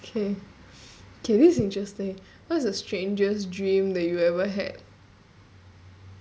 K K this interesting what's the strangest dream that you ever had